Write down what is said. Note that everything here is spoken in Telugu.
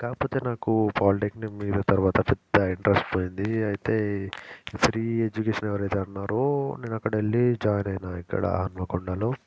కాకపోతే నాకు పాలీటెక్నిక్ మీద తరువాత పెద్ద ఇంట్రెస్ట్ పోయింది అయితే ఫ్రీ ఎడ్యుకేషన్ ఎవరైతే అన్నారో నేను అక్కడికి వెళ్ళి జాయిన్ అయినా ఇక్కడ హన్మకొండలో